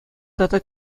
тата